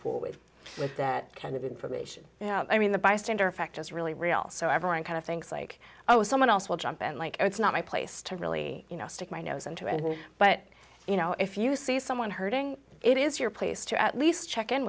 forward with that kind of information i mean the bystander effect is really real so everyone kind of thinks like oh someone else will jump in like it's not my place to really you know stick my nose into and but you know if you see someone hurting it is your place to at least check in